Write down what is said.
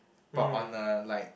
but on a like